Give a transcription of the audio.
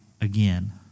again